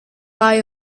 buy